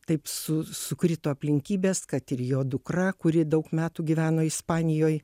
taip sus sukrito aplinkybės kad ir jo dukra kuri daug metų gyveno ispanijoj